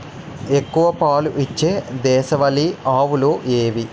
ఎక్కువ పాలు ఇచ్చే దేశవాళీ ఆవులు ఏవి?